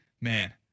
man